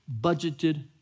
budgeted